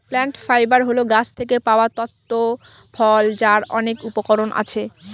plant fibre হল গাছ থেকে পাওয়া তন্তু ফল যার অনেক উপকরণ আছে